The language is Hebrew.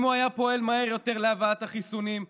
אם הוא היה פועל מהר יותר להבאת החיסונים,